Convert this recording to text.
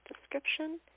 description